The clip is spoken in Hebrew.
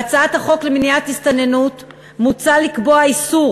בהצעת החוק למניעת הסתננות מוצע לקבוע איסור